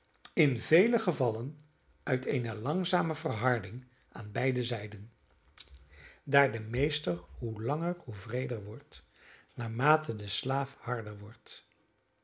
in vele gevallen uit eene langzame verharding aan beide zijden daar de meester hoe langer hoe wreeder wordt naarmate de slaaf harder wordt